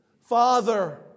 Father